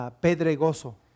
pedregoso